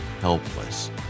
helpless